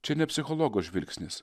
čia ne psichologo žvilgsnis